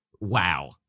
Wow